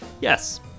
Yes